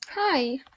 hi